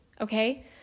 okay